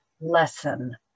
lesson